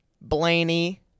blaney